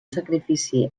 sacrifici